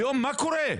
היום, מה קורה?